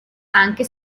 anche